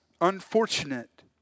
unfortunate